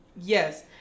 Yes